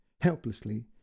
helplessly